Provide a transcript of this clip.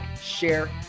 share